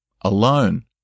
alone